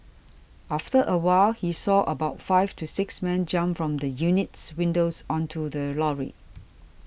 after a while he saw about five to six men jump from the unit's windows onto the lorry